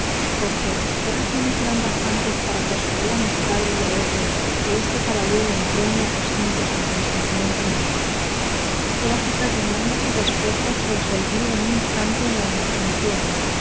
punto porque qué razones serán bastantes para persuadir a mis padres y a otros que este caballero entró en mi aposento sin consentimiento mío todas estas demandas y respuestas revolví yo en un instante en la imaginación y